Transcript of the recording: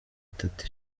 itatu